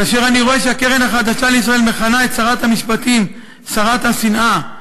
כאשר אני רואה שהקרן החדשה לישראל מכנה את שרת המשפטים "שרת השנאה",